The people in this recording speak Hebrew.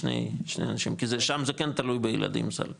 שני אנשים, כי שם זה כן תלוי בילדים סל קליטה.